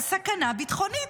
על סכנה ביטחונית.